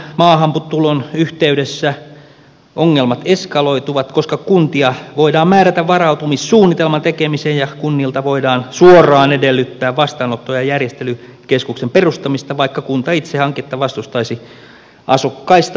laajamittaisen maahantulon yhteydessä ongelmat eskaloituvat koska kuntia voidaan määrätä varautumissuunnitelman tekemiseen ja kunnilta voidaan suoraan edellyttää vastaanotto ja järjestelykeskuksen perustamista vaikka kunta itse hanketta vastustaisi asukkaista puhumattakaan